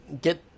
get –